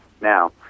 Now